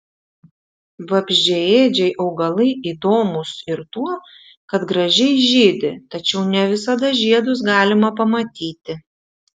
vabzdžiaėdžiai augalai įdomūs ir tuo kad gražiai žydi tačiau ne visada žiedus galima pamatyti